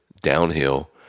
downhill